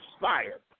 fire